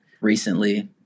recently